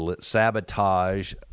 sabotage